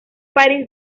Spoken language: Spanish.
parís